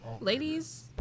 Ladies